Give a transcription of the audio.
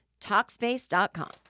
Talkspace.com